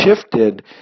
shifted